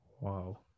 wow